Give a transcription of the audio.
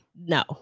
no